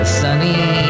sunny